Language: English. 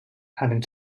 having